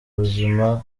ubuzima